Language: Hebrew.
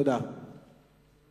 אנחנו